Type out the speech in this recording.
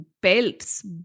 belts